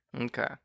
Okay